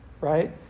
right